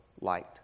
light